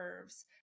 curves